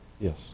yes